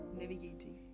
navigating